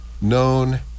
known